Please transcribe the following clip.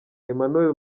emmanuel